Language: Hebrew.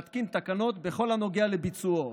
להתקין תקנות בכל הנוגע לביצועו.